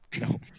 No